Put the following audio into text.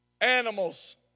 animals